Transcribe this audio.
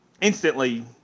instantly